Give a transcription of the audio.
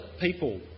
people